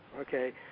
okay